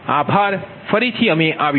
આભાર ફરીથી અમે આવીશું